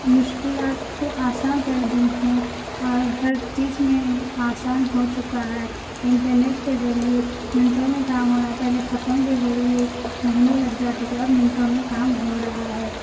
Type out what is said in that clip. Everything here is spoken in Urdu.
مشکلات کو آسان کر دی ہے اور ہر چیز میں آسان ہو چکا ہے انٹرنیٹ کے ذریعہ منٹوں میں کام ہو رہا ہے پہلے خطوں کے ذریعہ مہینوں لگ جاتے تھے اب منٹوں میں کام ہو رہا ہے